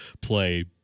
play